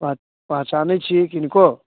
प पहचानै छियै किनको